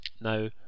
Now